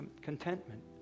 contentment